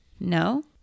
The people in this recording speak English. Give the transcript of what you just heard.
No